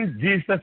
Jesus